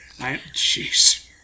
Jeez